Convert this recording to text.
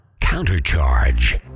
CounterCharge